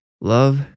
Love